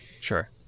sure